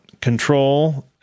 control